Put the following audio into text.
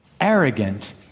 arrogant